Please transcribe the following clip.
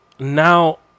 Now